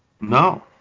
No